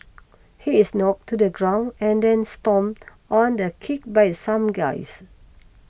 he is knocked to the ground and then stomped on and kicked by some guys